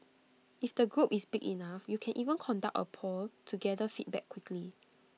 if the group is big enough you can even conduct A poll to gather feedback quickly